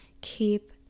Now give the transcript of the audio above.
keep